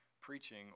preaching